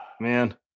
man